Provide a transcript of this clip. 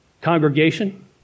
Congregation